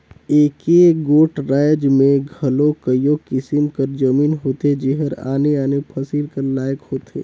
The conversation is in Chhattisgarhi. एके गोट राएज में घलो कइयो किसिम कर जमीन होथे जेहर आने आने फसिल कर लाइक होथे